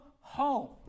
home